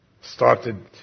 started